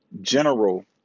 general